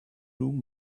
room